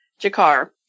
Jakar